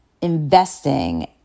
Investing